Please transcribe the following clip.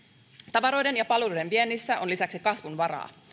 tavaroiden ja palveluiden viennissä on lisäksi kasvunvaraa